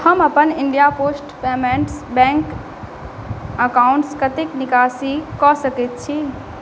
हम अपन India post payments bank अकाउण्टसँ कतेक निकासी कऽ सकै छी